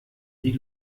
die